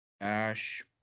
Ash